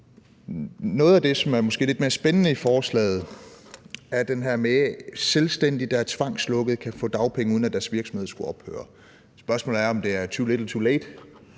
Noget af det, som måske er lidt mere spændende i forslaget, er det her med, at selvstændige, der er tvangslukkede, kan få dagpenge, uden at deres virksomhed skulle ophøre. Spørgsmålet er, om det er too little too late.